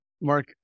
Mark